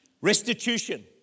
Restitution